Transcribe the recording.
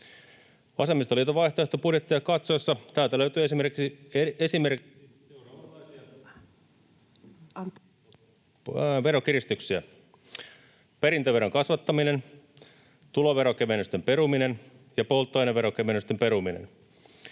Vasemmistoliiton vaihtoehtobudjetteja katsoessa täältä löytyy esimerkiksi seuraavanlaisia veronkiristyksiä: perintöveron kasvattaminen, tuloveron kevennysten peruminen ja polttoaineveron kevennysten peruminen.